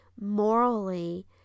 morally